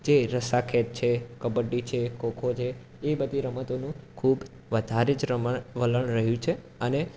જે રસ્સા ખેંચ છે કબડ્ડી છે ખોખો છે એ બધી રમતોનું ખૂબ વધારે જ રમણ વલણ રહ્યું છે અને